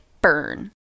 burn